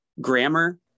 Grammar